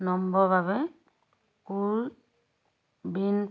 নম্বৰৰ বাবে কোৱিন